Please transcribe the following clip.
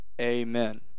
Amen